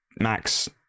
max